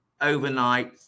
overnight